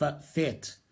fit